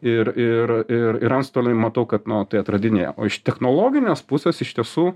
ir ir ir ir antstoliai matau kad nu tai atradinėja o iš technologinės pusės iš tiesų